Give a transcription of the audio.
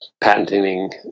patenting